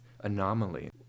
anomaly